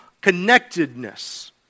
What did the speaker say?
connectedness